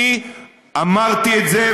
אני אמרתי את זה,